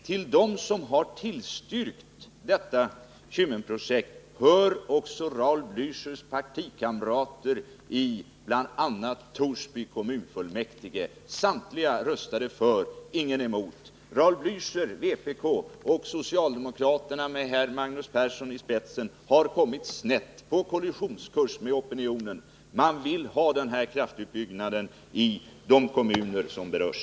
Till dem som har tillstyrkt Kymmenprojektet hör också Raul Blächers partikamrater i bl.a. Torsby kommunfullmäktige — samtliga där röstade för, ingen emot. Raul Blächer, vpk, och socialdemokraterna här med Magnus Persson i spetsen har kommit snett och är på kollisionskurs med opinionen. Man vill ha den här kraftutbyggnaden i de kommuner som berörs.